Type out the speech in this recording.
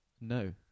no